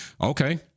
Okay